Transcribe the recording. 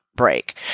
Break